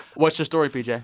what's your story, pj? yeah